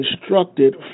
instructed